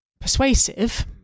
persuasive